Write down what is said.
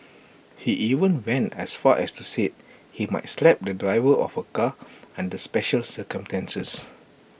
he even went as far as to say he might slap the driver of A car under special circumstances